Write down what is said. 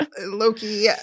loki